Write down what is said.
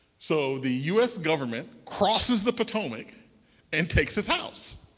so the us government crosses the potomac and takes his house.